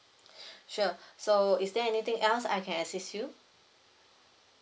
sure so is there anything else I can assist you